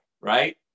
right